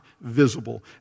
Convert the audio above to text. visible